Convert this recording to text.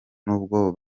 n’ubwo